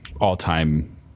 all-time